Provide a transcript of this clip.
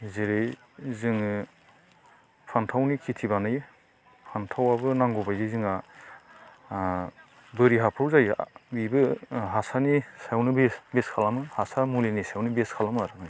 जेरै जोङो फानथावनि खेथि बानायो फानथावाबो नांगौबायदि जोंहा ओ बोरि हाफ्राव जायो बेबो हासारनि सायावनो बेस खालामो हासार मुलिनि सायावनो बेस खालामो आरो